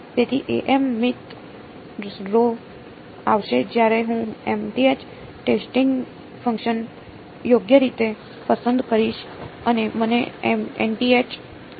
તેથી mth row આવશે જ્યારે હું mth ટેસ્ટિંગ ફંક્શન યોગ્ય રીતે પસંદ કરીશ અને મને nth કૉલમ શું આપશે